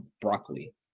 broccoli